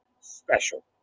Special